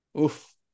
oof